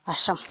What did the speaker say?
Assam